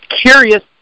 curious